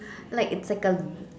like it's like a